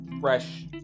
fresh